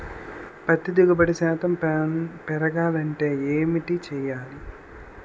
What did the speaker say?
పత్తి దిగుబడి శాతం పెరగాలంటే ఏంటి చేయాలి?